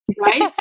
Right